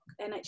NHS